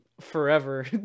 forever